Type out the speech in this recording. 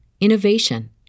innovation